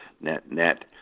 net-net